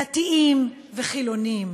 דתיים וחילונים,